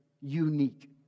unique